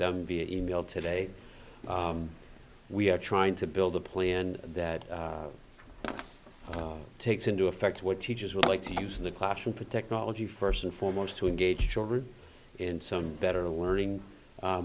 them via email today we are trying to build a plan that takes into effect what teachers would like to use in the classroom for technology first and foremost to engage children in some better learning